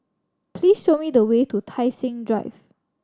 please show me the way to Tai Seng Drive